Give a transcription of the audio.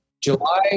July